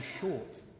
short